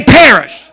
perish